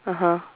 (uh huh)